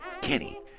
Kenny